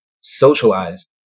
socialized